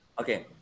Okay